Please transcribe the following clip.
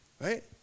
Right